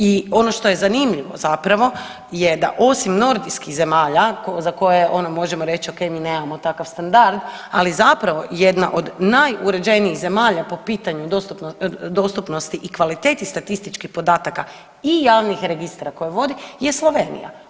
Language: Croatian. I ono što je zanimljivo zapravo je da osim nordijskih zemalja za koje ono možemo reći ok mi nemamo takav standard, ali zapravo jedna od najuređenijih zemalja po pitanju dostupnosti i kvaliteti statističkih podataka i javnih registra koje vodi je Slovenija.